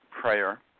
prayer